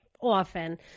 often